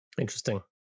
Interesting